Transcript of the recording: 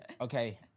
Okay